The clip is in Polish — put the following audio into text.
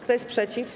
Kto jest przeciw?